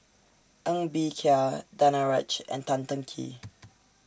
Ng Bee Kia Danaraj and Tan Teng Kee